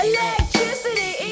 Electricity